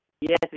Yes